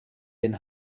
den